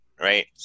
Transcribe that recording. right